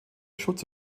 schutz